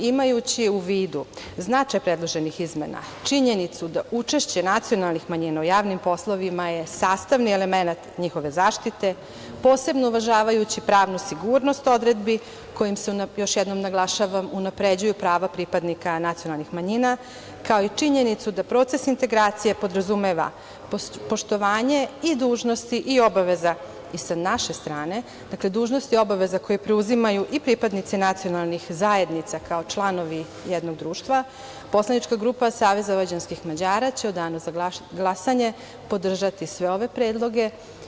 Imajući u vidu značaj predloženih izmena, činjenicu da učešće nacionalnih manjina u javnim poslovima je sastavni element njihove zaštite, posebno uvažavajući pravnu sigurnost odredbi kojima se, još jednom naglašavam, unapređuju prava pripadnika nacionalnih manjina, kao i činjenicu da proces integracija podrazumeva poštovanje i dužnosti i obaveza i sa naše strane, dakle dužnosti i obaveza koje preuzimaju i pripadnici nacionalnih zajednica kao članovi jednog društva, poslanička grupa SVM će u Danu za glasanje podržati sve ove predloge.